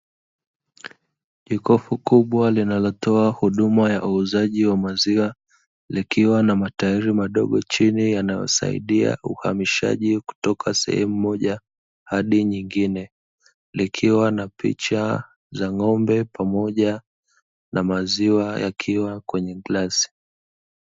Jokofu kubwa linalotoa huduma ya uuzaji wa maziwa, likiwa na matairi madogo chini yanayosaidia uhamishaji kutoka sehemu moja hadi nyingine. Likiwa na picha za ng'ombe pamoja na maziwa yakiwa kwenye glasi.